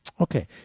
Okay